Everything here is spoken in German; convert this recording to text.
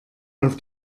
auf